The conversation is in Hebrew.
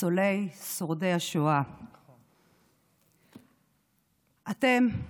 ניצולי השואה, שורדי השואה, אתם,